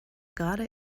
gerade